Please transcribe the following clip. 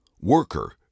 worker